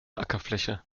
ackerfläche